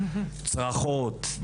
צרחות,